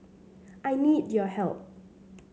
I need your help